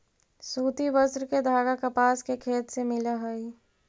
सूति वस्त्र के धागा कपास के खेत से मिलऽ हई